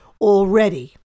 already